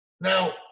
Now